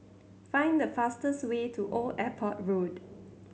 find the fastest way to Old Airport Road